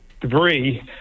debris